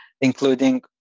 including